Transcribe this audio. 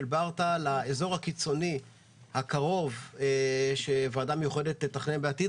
ברטעה לאזור הקיצוני הקרוב שהוועדה המיוחדת תתכנן בעתיד,